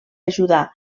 ajudar